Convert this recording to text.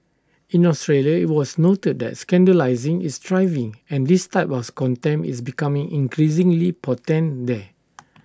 in Australia IT was noted that scandalising is thriving and this type contempt is becoming increasingly potent there